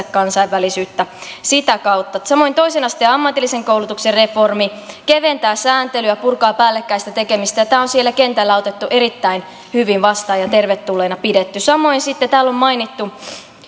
kansainvälisyyttä sitä kautta samoin toisen asteen ammatillisen koulutuksen reformi keventää sääntelyä ja purkaa päällekkäistä tekemistä ja tämä on siellä kentällä otettu erittäin hyvin vastaan ja tervetulleena pidetty samoin sitten kun täällä on mainittu